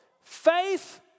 faith